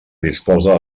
disposa